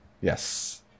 Yes